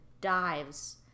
dives